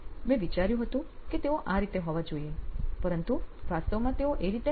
મેં વિચાર્યું હતું કે તેઓ આ રીતે હોવા જોઈએ પરંતુ વાસ્તવમાં તેઓ એ રીતે નથી